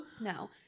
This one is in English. No